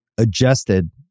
adjusted